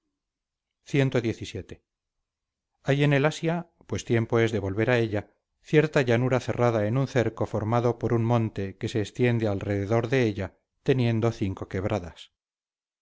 preciosidades cxvii hay en el asia pues tiempo es de volver a ella cierta llanura cerrada en un cerco formado por un monte que se extiende alrededor de ella teniendo cinco quebradas